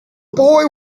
boy